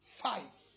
five